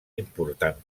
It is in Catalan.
important